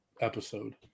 episode